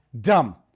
dumb